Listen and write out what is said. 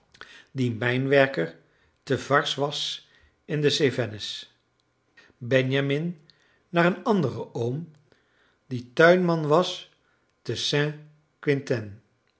die mijnwerker te varses was in de cevennes benjamin naar een anderen oom die tuinman was